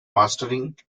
mastering